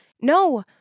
No